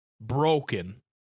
broken